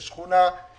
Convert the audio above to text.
יש שכונה בסביבה.